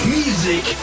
music